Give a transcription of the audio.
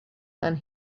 and